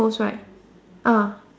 post right